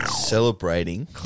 celebrating